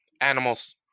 Animals